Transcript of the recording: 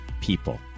people